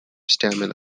stamina